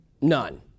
none